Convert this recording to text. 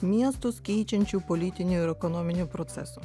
miestus keičiančių politinių ir ekonominių procesų